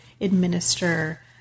administer